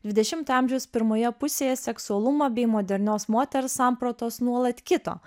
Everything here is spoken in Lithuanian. dvidešimto amžiaus pirmoje pusėje seksualumo bei modernios moters sampratos nuolat kito